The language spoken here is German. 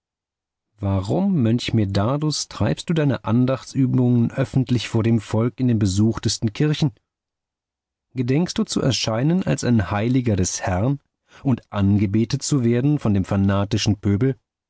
warum mönch medardus treibst du deine andachtsübungen öffentlich vor dem volk in den besuchtesten kirchen gedenkst du zu erscheinen als ein heiliger des herrn und angebetet zu werden von dem fanatischen pöbel